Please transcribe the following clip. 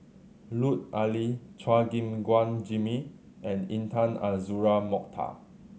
Lut Ali Chua Gim Guan Jimmy and Intan Azura Mokhtar